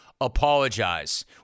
Apologize